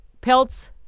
pelts